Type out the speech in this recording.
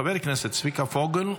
חבר הכנסת צביקה פוגל,